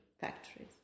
factories